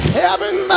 heaven